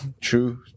true